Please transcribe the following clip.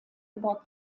über